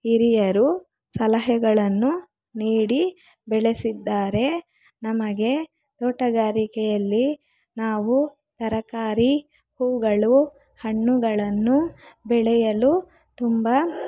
ಹಿರಿಯರು ಸಲಹೆಗಳನ್ನು ನೀಡಿ ಬೆಳೆಸಿದ್ದಾರೆ ನಮಗೆ ತೋಟಗಾರಿಕೆಯಲ್ಲಿ ನಾವು ತರಕಾರಿ ಹೂವುಗಳು ಹಣ್ಣುಗಳನ್ನು ಬೆಳೆಯಲು ತುಂಬ